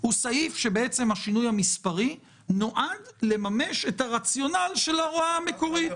השינוי המספרי נועד לממש את הרציונל של ההוראה המקורית.